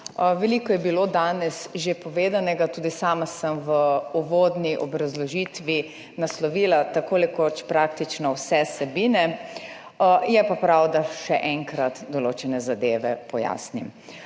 Veliko je bilo danes že povedanega. Tudi sama sem v uvodni obrazložitvi naslovila tako rekoč praktično vse vsebine, je pa prav, da še enkrat pojasnim